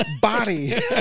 Body